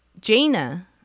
Jaina